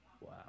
Wow